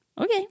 Okay